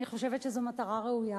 אני חושבת שזאת מטרה ראויה.